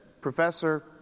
professor